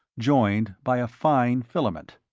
joined by a fine filament.